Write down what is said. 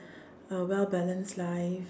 a well balanced life